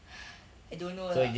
I don't know lah